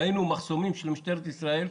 אתמול ראינו מחסומים של משטרת ישראל,